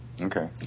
Okay